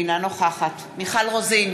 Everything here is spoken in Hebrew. אינה נוכחת מיכל רוזין,